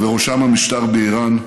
ובראשם המשטר באיראן,